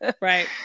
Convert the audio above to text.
Right